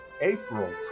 April